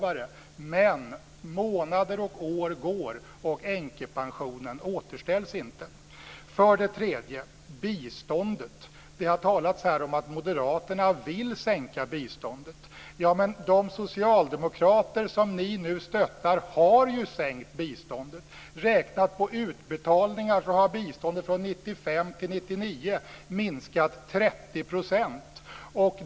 men månader och år går, och änkepensionen återställs inte. Sedan gäller det biståndet. Det har här talats om att moderaterna vill sänka biståndet. Men de socialdemokrater som ni nu stöttar har ju sänkt biståndet. 1999 minskat med 30 %.